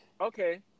Okay